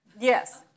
Yes